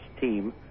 team